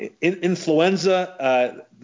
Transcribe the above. Influenza